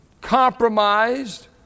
compromised